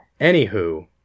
Anywho